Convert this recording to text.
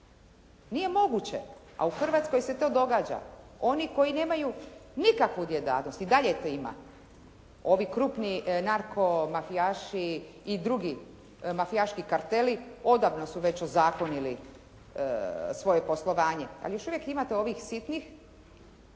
Nije moguće, a u Hrvatskoj se to događa, oni koji nikakvu djelatnost i dalje to ima, ovi krupniji narko-mafijaši i drugi mafijaški karteli odavno su već ozakonili svoje poslovanje, ali još uvijek imate ovih sitnih